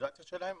הפרסונליזציה שלהם